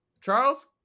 charles